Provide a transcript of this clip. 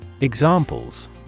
Examples